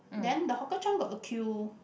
then the Hawker Chan got a queue